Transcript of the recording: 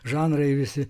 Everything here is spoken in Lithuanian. žanrai visi